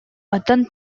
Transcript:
онтон